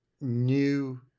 new